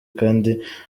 kandi